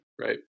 right